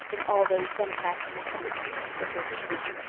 in all those democrats and republicans, retorted susan.